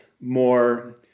more